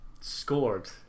scored